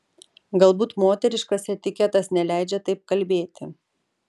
galbūt moteriškas etiketas neleidžia taip kalbėti